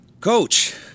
Coach